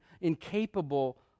incapable